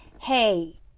Hey